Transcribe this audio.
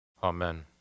Amen